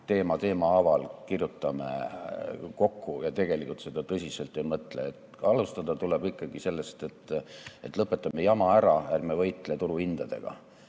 teema teema haaval kirjutame kokku ja tegelikult seda tõsiselt ei mõtle. Alustada tuleb ikkagi sellest, et lõpetame jama ära, ärme võitle turuhindadega,